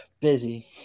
busy